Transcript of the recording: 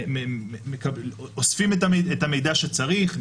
אוספים את המידע שצריך,